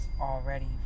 already